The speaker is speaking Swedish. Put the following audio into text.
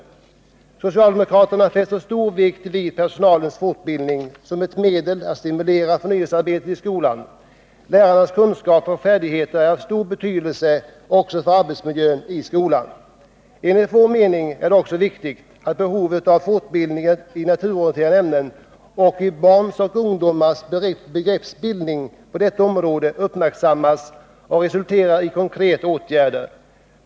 Socialdemokraterna fäster stor vikt vid personalens fortbildning som ett medel att stimulera förnyelsearbetet i skolan. Lärarnas kunskaper och färdigheter är av stor betydelse också för arbetsmiljön i skolan. Enligt vår mening är det också viktigt att behovet av fortbildning i naturorienterande ämnen och i barns och ungdomars begreppsbildning på detta område uppmärksammas och resulterar i konkreta åtgärder.